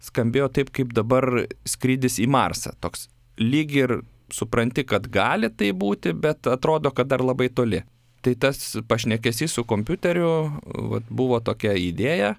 skambėjo taip kaip dabar skrydis į marsą toks lyg ir supranti kad gali taip būti bet atrodo kad dar labai toli tai tas pašnekesys su kompiuteriu vat buvo tokia idėja